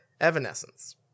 evanescence